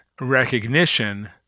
recognition